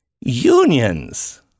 Unions